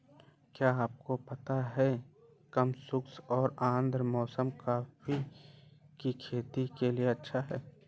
क्या आपको पता है कम शुष्क और आद्र मौसम कॉफ़ी की खेती के लिए अच्छा है?